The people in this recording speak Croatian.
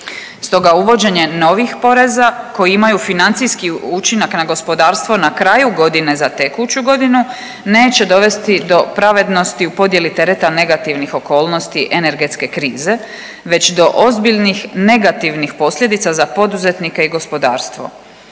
Stoga uvođenje novih poreza koji imaju financijski učinak na gospodarstvo na kraju godine za tekuću godinu neće dovesti do pravednosti u podjeli tereta negativnih okolnosti energetske krize već do ozbiljnih negativnih posljedica za poduzetnike i gospodarstvo.